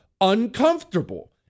uncomfortable